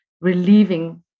relieving